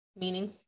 meaning